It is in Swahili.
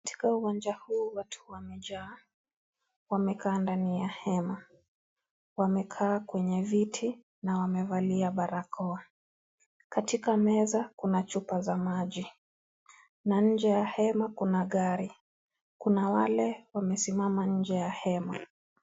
Katika uwanja huu watu wamejaa, wamekaa ndani ya hema. Wamekaa kwenye viti na wamevalia barakoa. Katika meza kuna chupa ya maji na nje ya hema kuna gari. Kuna wale wamesimama nje ya hema.